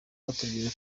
batubwiye